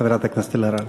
חברת הכנסת אלהרר.